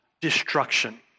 destruction